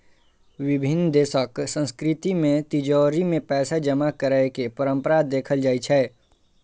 विभिन्न देशक संस्कृति मे तिजौरी मे पैसा जमा करै के परंपरा देखल जाइ छै